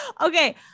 okay